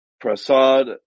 Prasad